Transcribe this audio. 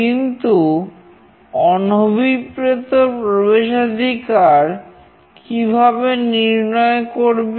কিন্তু অনভিপ্রেত প্রবেশাধিকার কিভাবে নির্ণয় করবে